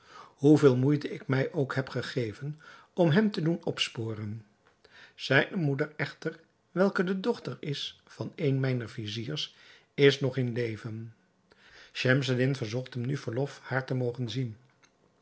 hoeveel moeite ik mij ook heb gegeven om hem te doen opsporen zijne moeder echter welke de dochter is van een mijner viziers is nog in leven schemseddin verzocht hem nu verlof haar te mogen zien